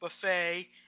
Buffet